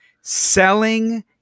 Selling